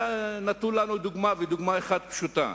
נתנו לנו דוגמה, ודוגמה אחת פשוטה: